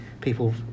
people